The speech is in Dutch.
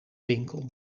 winkel